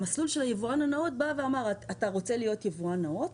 מסלול של יבואן נאות אומר: אתה רוצה להיות יבואן נאות?